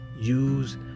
Use